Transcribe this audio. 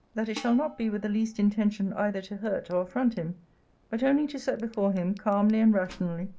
that it shall not be with the least intention either to hurt or affront him but only to set before him, calmly and rationally,